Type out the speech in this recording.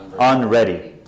Unready